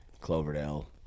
Cloverdale